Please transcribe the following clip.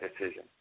decision